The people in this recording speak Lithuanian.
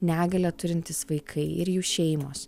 negalią turintys vaikai ir jų šeimos